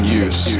use